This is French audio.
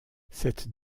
cette